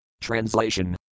Translation